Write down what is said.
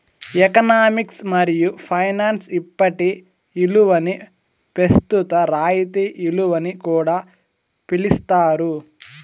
economics మరియు finance ఇప్పటి ఇలువని పెస్తుత రాయితీ ఇలువని కూడా పిలిస్తారు